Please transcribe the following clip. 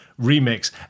remix